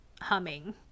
humming